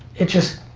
it's just,